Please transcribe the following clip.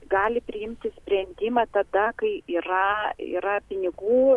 gali priimti sprendimą tada kai yra yra pinigų